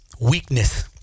weakness